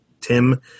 Tim